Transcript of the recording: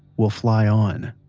will fly on.